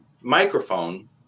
microphone